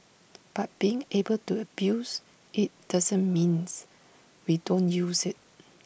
but being able to abuse IT doesn't means we don't use IT